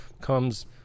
comes